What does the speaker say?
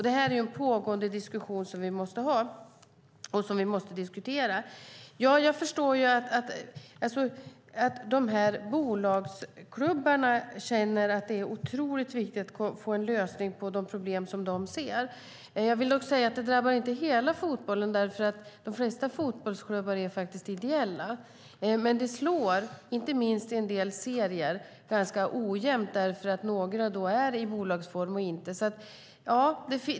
Det här är en pågående diskussion som vi måste ha. Jag förstår att de här bolagsklubbarna känner att det är viktigt att få en lösning på de problem som de ser. Jag vill dock säga att det inte drabbar all fotboll, därför att de flesta fotbollsklubbar ju faktiskt är ideella. Men det slår, inte minst i en del serier, ganska ojämnt, därför att några är i bolagsform och några inte.